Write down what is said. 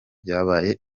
byabaye